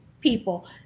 people